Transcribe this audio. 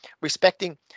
respecting